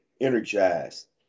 energized